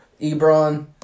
Ebron